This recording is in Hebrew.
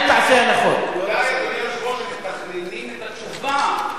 אולי, אדוני היושב-ראש, הם מתכננים את התשובה,